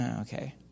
okay